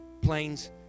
planes